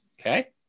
Okay